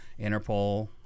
interpol